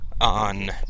on